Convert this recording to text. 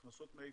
הכנסות מאיפה?